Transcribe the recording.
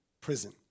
Prison